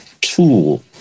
tool